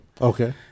Okay